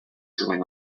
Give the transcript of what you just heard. going